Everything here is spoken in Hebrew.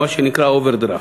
מה שנקרא אוברדרפט.